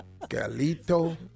Galito